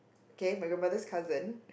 okay my grandmother's cousin